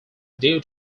due